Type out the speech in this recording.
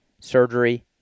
surgery